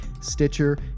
Stitcher